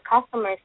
customers